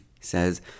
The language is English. says